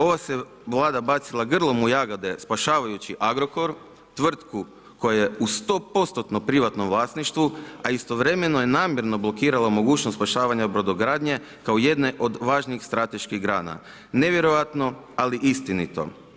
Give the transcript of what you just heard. Ova se je vlada bacila grlom u jagode spašavajući Agrokor, koja je u 100% privatnom vlasništvu, a istovremeno je namjerno blokirala mogućnost spašavanja brodogradnje, kao jedne od važnijih strateških grana, nevjerojatno ali istinito.